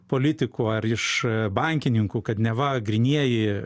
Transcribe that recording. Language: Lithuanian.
politikų ar iš bankininkų kad neva grynieji